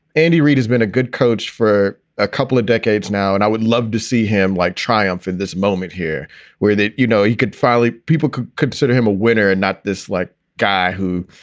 andy reid has been a good coach for a couple of decades now. and i would love to see him like triumph in this moment here where, you know, he could finally people could consider him a winner and not this like guy who,